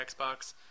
Xbox